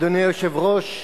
אדוני היושב-ראש,